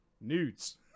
Nudes